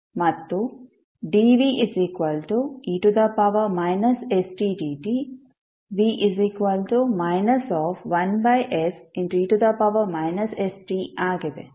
ಮತ್ತು dve stdtv 1se st ಆಗಿದೆ